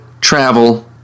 travel